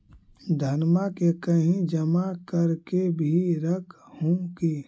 धनमा के कहिं जमा कर के भी रख हू की?